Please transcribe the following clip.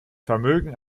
vermögen